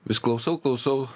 vis klausau klausau